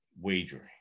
wagering